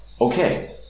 Okay